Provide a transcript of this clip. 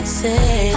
say